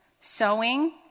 sewing